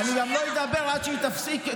אני לא אדבר עד שהיא תפסיק.